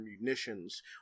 munitions